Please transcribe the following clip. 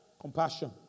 Compassion